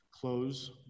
close